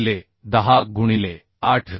भागिले 10 गुणिले 8